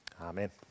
Amen